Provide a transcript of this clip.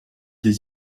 des